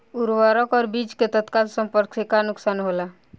उर्वरक और बीज के तत्काल संपर्क से का नुकसान होला?